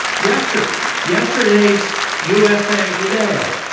yesterday's yesterday's usa today,